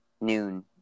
noon